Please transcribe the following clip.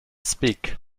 speak